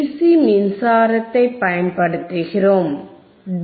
C மின்சாரத்தை பயன்படுத்துகிறோம் D